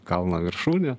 kalno viršūnė